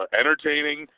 entertaining